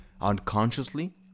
unconsciously